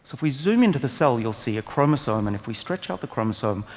so if we zoom into the cell, you'll see a chromosome. and if we stretch out the chromosome,